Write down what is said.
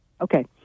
Okay